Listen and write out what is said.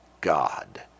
God